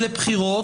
לבחירות,